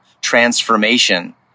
transformation